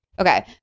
Okay